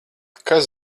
kas